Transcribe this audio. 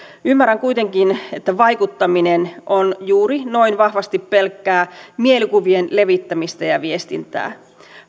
ymmärrän kuitenkin että vaikuttaminen on juuri noin vahvasti pelkkää mielikuvien levittämistä ja viestintää